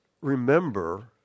remember